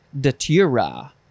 datura